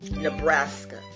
Nebraska